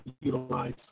utilize